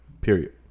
Period